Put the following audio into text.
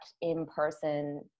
in-person